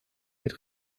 mit